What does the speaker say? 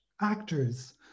actors